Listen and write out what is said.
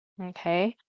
Okay